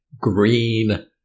green